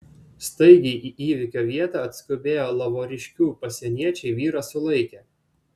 staigiai į įvykio vietą atskubėję lavoriškių pasieniečiai vyrą sulaikė